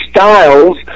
Styles